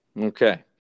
Okay